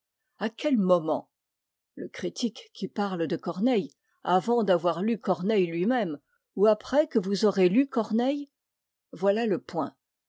à quel moment le critique qui parle de corneille avant d'avoir lu corneille lui-même ou après que vous aurez lu corneille voilà le point